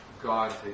God